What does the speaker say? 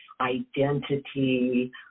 identity